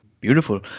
Beautiful